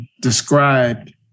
described